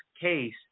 case